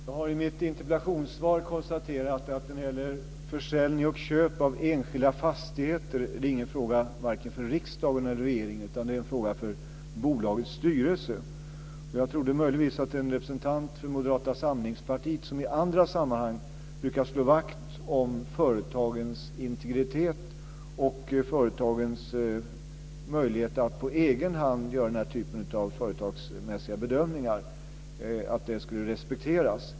Fru talman! Jag har i mitt interpellationssvar konstaterat att när det gäller försäljning och köp av enskilda fastigheter är det ingen fråga varken för riksdagen eller regeringen, utan det är en fråga för bolagets styrelse. Jag trodde möjligtvis att en representant för Moderata samlingspartiet, som i andra sammanhang brukar slå vakt om företagens integritet och företagens möjlighet att på egen hand göra den här typen av företagsmässiga bedömningar, skulle respektera detta.